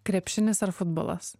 krepšinis ar futbolas